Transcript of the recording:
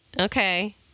Okay